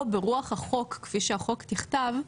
פה ברוח החוק, כפי שהחוק תיכתב,